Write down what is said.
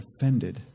offended